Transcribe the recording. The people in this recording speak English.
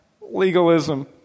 Legalism